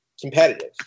competitive